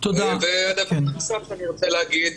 אני אתייחס להיבט החוקתי.